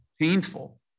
painful